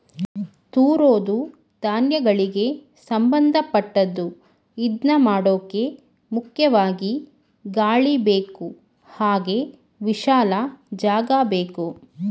ತೂರೋದೂ ಧಾನ್ಯಗಳಿಗೆ ಸಂಭಂದಪಟ್ಟದ್ದು ಇದ್ನಮಾಡೋಕೆ ಮುಖ್ಯವಾಗಿ ಗಾಳಿಬೇಕು ಹಾಗೆ ವಿಶಾಲ ಜಾಗಬೇಕು